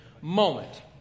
moment